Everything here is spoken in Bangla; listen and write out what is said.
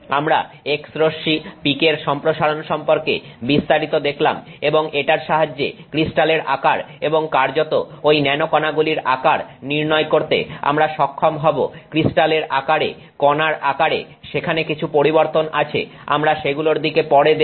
আমরা X রশ্মি পিকের সম্প্রসারণ সম্পর্কে বিস্তারিত দেখলাম এবং এটার সাহায্যে ক্রিস্টালের আকার এবং কার্যত ঐ ন্যানো কণাগুলির আকার নির্ণয় করতে আমরা সক্ষম হব ক্রিস্টালের আকারে কণার আকারে সেখানে কিছু পরিবর্তন আছে আমরা সেগুলোর দিকে পরে দেখব